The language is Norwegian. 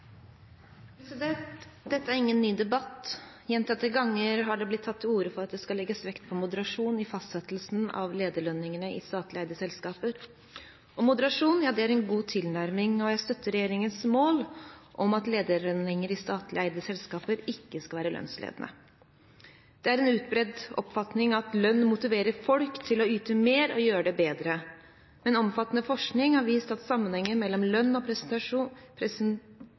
Dette er ingen ny debatt. Gjentatte ganger har det blitt tatt til orde for at det skal legges vekt på moderasjon i fastsettelsen av lederlønningene i statseide selskaper. Moderasjon er en god tilnærming, og jeg støtter regjeringens mål om at lederlønninger i statlig eide selskaper ikke skal være lønnsledende. Det er en utbredt oppfatning at lønn motiverer folk til å yte mer og gjøre det bedre, men omfattende forskning har vist at sammenhengen mellom lønn og